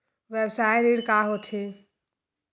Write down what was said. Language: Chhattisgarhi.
व्यवसाय ऋण का होथे?